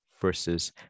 versus